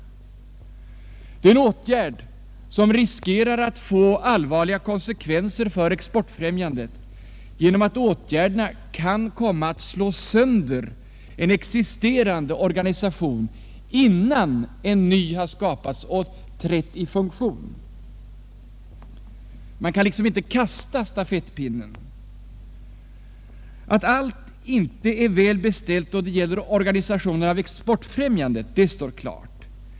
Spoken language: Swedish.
Det är en åtgärd som riskerar att få allvarliga konsekvenser för exportfrämjandet genom att den kan komma att slå sönder en existerande organisation, innan en ny hinner byggas upp i stället. Man kan inte så att säga kasta stafettpinnen. Att allt inte är väl beställt när det gäller organisationen av exportfrämjandet står klart.